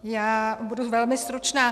Já budu velmi stručná.